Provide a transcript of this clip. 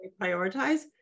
prioritize